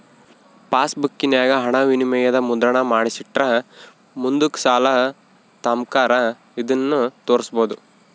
ಪಾಸ್ಬುಕ್ಕಿನಾಗ ಹಣವಿನಿಮಯದ ಮುದ್ರಣಾನ ಮಾಡಿಸಿಟ್ರ ಮುಂದುಕ್ ಸಾಲ ತಾಂಬಕಾರ ಇದನ್ನು ತೋರ್ಸ್ಬೋದು